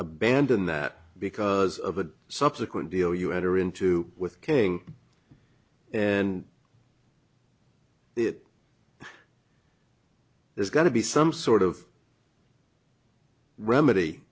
abandon that because of a subsequent deal you enter into with king and it there's got to be some sort of remedy